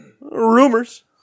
Rumors